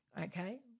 okay